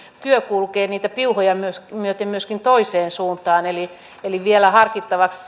työ kulkee niitä piuhoja myöten myöskin toiseen suuntaan eli esitän vielä harkittavaksi